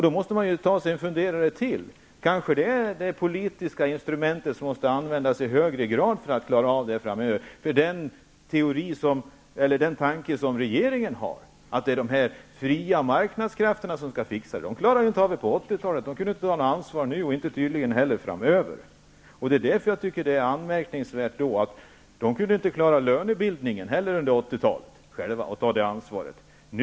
Då måste man ta sig en funderare till. Det politiska instrumentet måste kanske användas i högre grad för att klara av det här framöver. Den tanke som regeringen har är att det är de fria marknadskrafterna som skall fixa det. De klarade ju inte av det på 80-talet, de kunde inte ta något ansvar nu och kan tydligen inte heller göra det framöver. De kunde inte heller under 80-talet klara lönebildningen själva och ta ansvar för den.